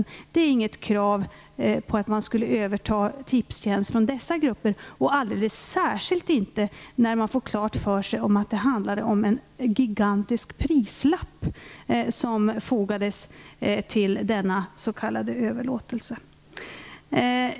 Dessa grupper har inget krav på att få överta Tipstjänst, alldeles särskilt inte när de får klart för sig att det handlar om en gigantisk prislapp, som fogades till denna s.k. överlåtelse.